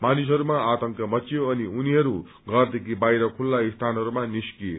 मानिसहरूमा आतंक मच्चियो अनि उनीहरू घरदेखि बाहिर खुल्ला स्थानहरूमा निस्किए